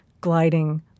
gliding